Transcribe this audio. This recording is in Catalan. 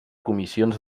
comissions